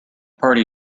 party